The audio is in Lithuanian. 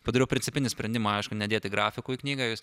padariau principinį sprendimą aišku nedėti grafikų į knygą vis tik